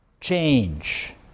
change